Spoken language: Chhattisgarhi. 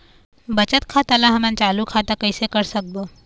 बचत खाता ला हमन चालू खाता कइसे कर सकबो?